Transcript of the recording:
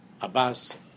Abbas